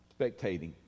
spectating